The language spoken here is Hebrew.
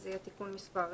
תיקון מס'